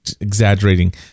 exaggerating